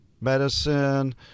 medicine